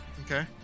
Okay